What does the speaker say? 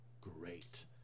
great